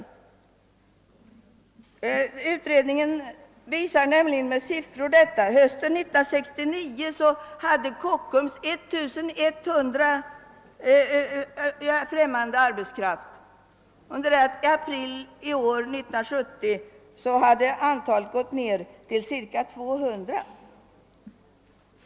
Hösten 1969 hade Kockums förhyrd arbetskraft till ett antal av 1100 personer, under det att antalet i april i år hade gått ned till cirka 200.